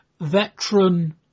veteran